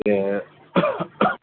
కే